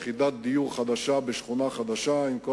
יחידת דיור חדשה בשכונה חדשה עם כל